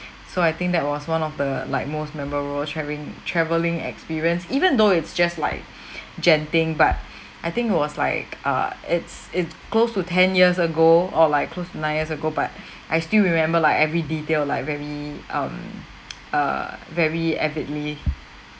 so I think that was one of the like most memorial sharing travelling experience even though it's just like genting but I think it was like uh it's it's close to ten years ago or like close to nine years ago but I still remember like every detail like very um uh very avidly